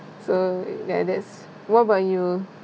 so ya that's what about you